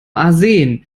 arsen